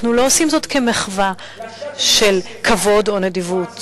אנחנו לא עושים זאת כמחווה של כבוד או נדיבות.